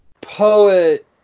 poet